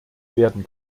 werden